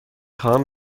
خواهم